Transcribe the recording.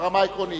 ברמה העקרונית,